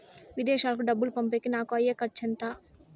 విదేశాలకు డబ్బులు పంపేకి నాకు అయ్యే ఖర్చు ఎంత?